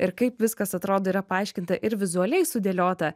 ir kaip viskas atrodo yra paaiškinta ir vizualiai sudėliota